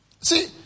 See